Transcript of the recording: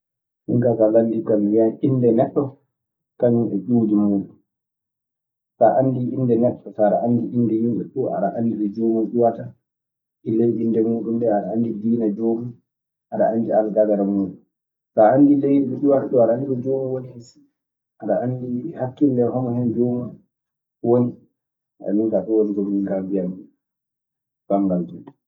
Min kaa, so a landike kan, mi wiyan innde neɗɗo kañun e ƴiwdi muuɗun. Sa anndi innde neɗɗo, so aɗe anndi ƴiwdi yimɓe fuu. Aɗe anndi ɗo joomun iwata. E ley innde joomun ndee aɗa anndi diine joomun. Aɗe anndi alkadara muuɗun. So a anndiileydi ɗo iwata ɗoo, aɗe anndi ko joomun woni e sii, aɗe anndi hakkille joomun woni min kaa ɗun woni ko min kaa ko mbiyammi anndal muuɗun.